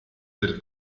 del